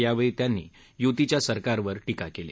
यावेळी त्यांनी युतीच्या सरकारवर टीका केली